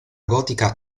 gotica